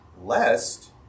lest